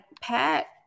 Pat